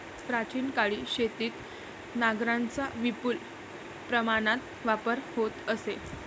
प्राचीन काळी शेतीत नांगरांचा विपुल प्रमाणात वापर होत असे